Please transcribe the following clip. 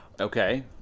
okay